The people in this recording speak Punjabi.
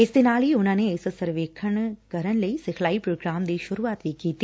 ਇਸ ਦੇ ਨਾਲ ਹੀ ਉਨਾਂ ਨੇ ਇਸ ਸਰਵੇਖਣ ਕਰਨ ਲਈ ਸਿਖਲਾਈ ਪ੍ਰੋਗਰਾਮ ਦੀ ਸੁਰੁਆਤ ਵੀ ਕੀਤੀ